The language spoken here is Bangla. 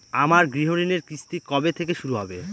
আমার গৃহঋণের কিস্তি কবে থেকে শুরু হবে?